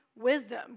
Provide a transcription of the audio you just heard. wisdom